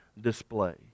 display